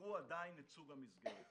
בחרו עדיין את סוג המסגרת לילדיהם.